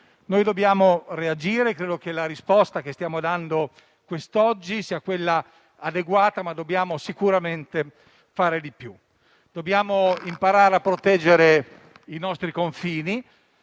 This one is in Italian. Dobbiamo reagire e credo che la risposta che stiamo dando quest'oggi sia adeguata, ma dobbiamo sicuramente fare di più. Dobbiamo imparare a proteggere i nostri confini,